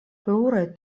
pluraj